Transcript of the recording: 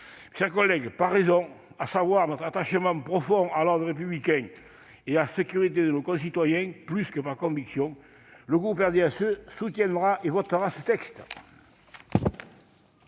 chers collègues, par raison- à savoir notre attachement à l'ordre républicain et à la sécurité de nos concitoyens -plus que par conviction, le groupe RDSE soutiendra et votera ce texte.